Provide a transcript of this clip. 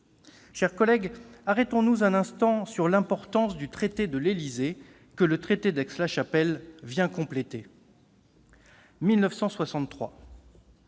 Chers collègues, arrêtons-nous un instant sur l'importance du traité de l'Élysée, que le traité d'Aix-la-Chapelle vient compléter. Il